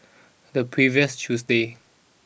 the previous Tuesday